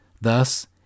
Thus